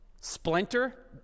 splinter